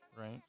right